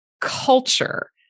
culture